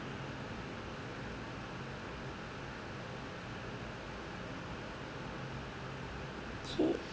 okay